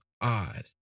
odd